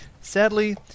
Sadly